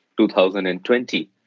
2020